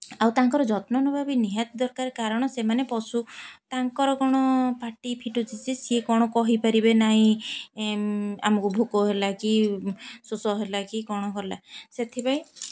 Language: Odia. ଆଉ ତାଙ୍କର ଯତ୍ନ ନେବା ବି ନିହାତି ଦରକାର କାରଣ ସେମାନେ ପଶୁ ତାଙ୍କର କ'ଣ ପାଟି ଫିଟୁଛି ଯେ ସିଏ କ'ଣ କହିପାରିବେ ନାହିଁ ଆମକୁ ଭୋକ ହେଲା କି ଶୋଷ ହେଲା କି କ'ଣ କଲା ସେଥିପାଇଁ